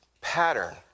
pattern